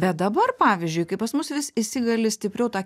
bet dabar pavyzdžiui kai pas mus vis įsigali stipriau ta